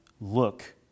Look